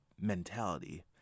mentality